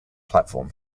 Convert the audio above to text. platform